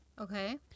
Okay